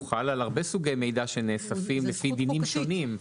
הוא חל על הרבה סוגי מידע שנאספים לפי דינים שונים.